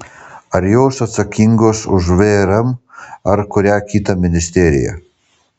ar jos atsakingos už vrm ar kurią kitą ministeriją